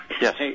Yes